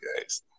guys